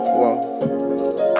whoa